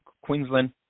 Queensland